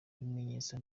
ibimenyetso